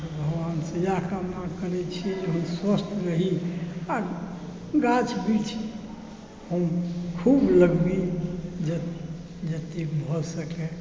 हम तऽ भगवानसॅं इएह कामना करै छियनि जे स्वस्थ रही आ गाछ वृक्ष हम खूब लगाबी जतेक भऽ सकए